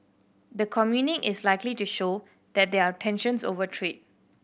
the communique is likely to show that there are tensions over trade